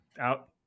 out